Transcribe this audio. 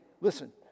listen